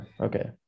Okay